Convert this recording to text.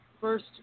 first